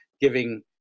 giving